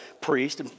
priest